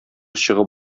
чыгып